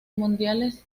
mundiales